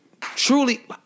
truly